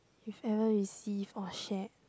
you've ever received or shared